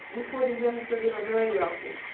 importing them, so they were very wealthy.